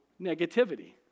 negativity